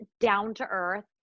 down-to-earth